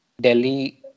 Delhi